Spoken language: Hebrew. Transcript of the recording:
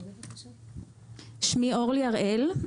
שמי אורלי הראל.